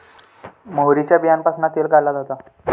मोहरीच्या बीयांपासना तेल काढला जाता